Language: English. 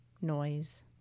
noise